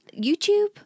YouTube